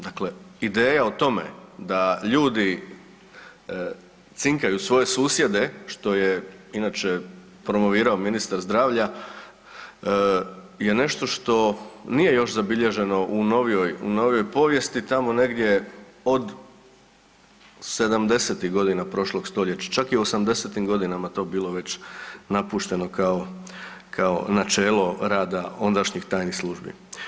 Dakle, ideja o tome da ljudi cinkaju svoje susjede, što je inače promovirao ministar zdravlja, je nešto što nije još zabilježeno u novijoj povijesti, tamo negdje od 70-ih godina prošlog stoljeća, čak i u '80. g. to bilo već napušteno kao načelo rada ondašnjih tajnih službi.